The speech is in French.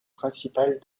principale